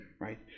right